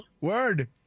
Word